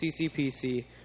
ccpc